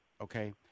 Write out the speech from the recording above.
okay